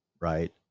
right